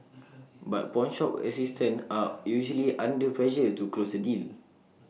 but pawnshop assistants are usually under pressure to close A deal